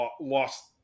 lost